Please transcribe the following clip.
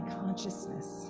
consciousness